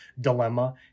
dilemma